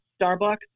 Starbucks